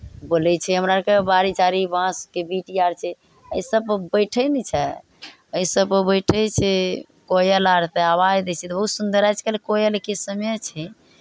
बोलै छै हमरा आरके बाड़ी झाड़ी बाँसके भी आर छै एहि सभपर बैठै नहि छै एहि सभपर बैठै छै कोयल आरकेँ आवाज दै छै तऽ बहुत सुन्दर आजकल कोयलके समय छै